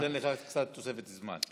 אני אתן לך קצת תוספת זמן.